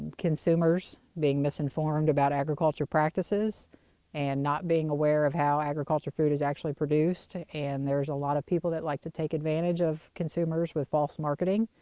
consumers being misinformed about agriculture practices and not being aware of how agriculture food is actually produced and there's a lot of people that like to take advantage of consumers with false marketing,